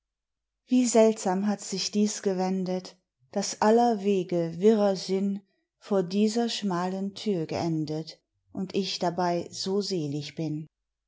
wie seltsam hat sich dies gewendet daß aller wege wirrer sinn vor dieser schmalen tür geendet und ich dabei so selig bin